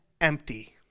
empty